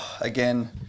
again